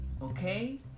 Okay